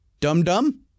dum-dum